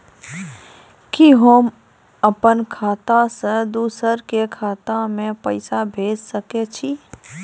कि होम अपन खाता सं दूसर के खाता मे पैसा भेज सकै छी?